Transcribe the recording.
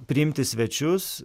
priimti svečius